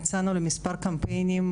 יצאנו למספר קמפיינים,